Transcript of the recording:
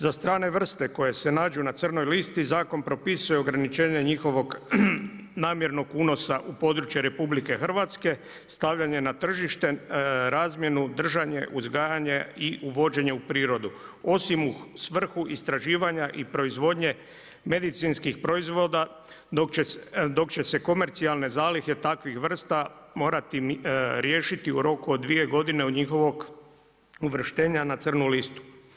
Za strane vrste koje se nađu na crnoj listi, zakon propisuje ograničenje njihovog namjernog unosa u područje RH, stavljanje na tržište, razmjenu, držanje, uzgajanje i uvođenje u prirodu osim u svrhu istraživanja i proizvodnje medicinskih proizvoda dok se će se komercijalne zalihe takvih vrsta morati riješiti u roku od 2 godine od njihovog uvrštenja na crnu listu.